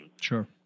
Sure